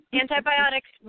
Antibiotics